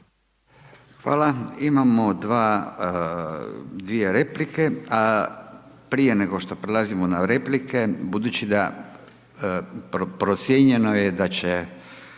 Hvala. Imamo dvije replike, a prije nego što prelazimo na replike, budući da, procijenjeno je da će